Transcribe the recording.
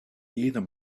either